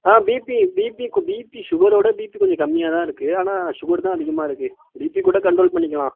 ஆ BP BP BP சுகரோட BP கொஞ்சம் கம்மியாக தான் இருக்குது ஆனால் சுகர் தான் அதிகமாக இருக்குது பீபி கூட கண்ட்ரோல் பண்ணிக்கலாம்